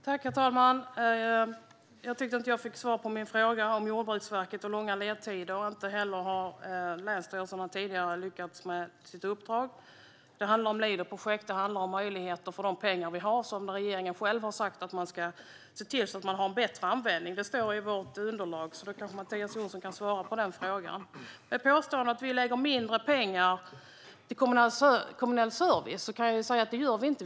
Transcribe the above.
Herr talman! Jag tycker inte att jag fick svar på min fråga om Jordbruksverket och långa ledtider. Inte heller har länsstyrelserna tidigare lyckats med sitt uppdrag. Det handlar om Leaderprojekt. Det handlar om möjligheter för de pengar vi har, som regeringen själv har sagt att man ska se till att använda bättre. Det står i vårt underlag, så Mattias Jonsson kanske kan svara på denna fråga. Påståendet att vi lägger mindre pengar på kommersiell service stämmer inte.